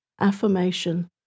affirmation